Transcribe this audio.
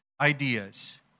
ideas